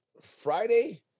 Friday